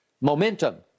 momentum